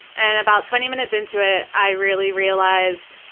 and about twenty minutes into it i really realized,